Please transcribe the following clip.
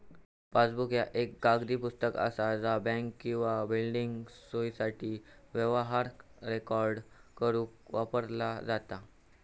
passbook ह्या एक कागदी पुस्तक असा ज्या बँक किंवा बिल्डिंग सोसायटी व्यवहार रेकॉर्ड करुक वापरला जाता